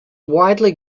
widely